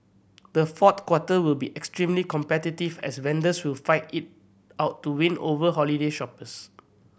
the fourth quarter will be extremely competitive as vendors will fight it out to win over holiday shoppers